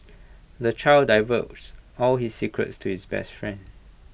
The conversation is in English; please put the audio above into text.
the child divulged all his secrets to his best friend